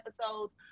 episodes